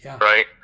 Right